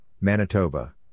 Manitoba